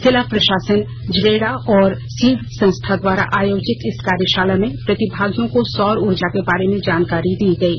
जिला प्रशासन जेडा और सीड संस्था द्वारा आयोजित इस कार्यशाला में प्रतिभागियों को सौर ऊर्जा के बारे में जानकारी दी गयी